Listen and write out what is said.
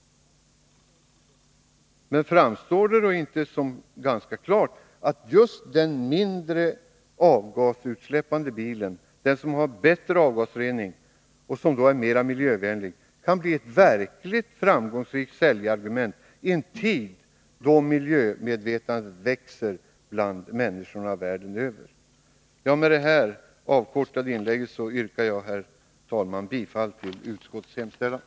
Framstår det inte som ganska klart att just den mindre avgasutsläppande bilen, den som har bättre avgasrening och som är mera miljövänlig, kan bli ett verkligt framgångsrikt säljargument i en tid då miljömedvetandet växer bland människorna världen över? Med det här avkortade inlägget yrkar jag, herr talman, bifall till utskottets hemställan.